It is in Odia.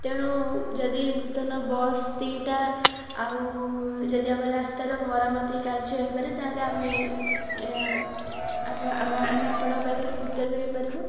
ତେଣୁ ଯଦି ନୂତନ ବସ୍ ସେଇଟା ଆଉ ଯଦି ଆମର ରାସ୍ତାର ମରାମତି କାର୍ଯ୍ୟ ହୋଇପାରେ ତାହେଲେ ଆମେ ଆମେ ଆପଣଙ୍କ ପାଖରେ କୃତଜ୍ଞ ହୋଇପାରିବୁ